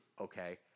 Okay